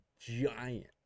giant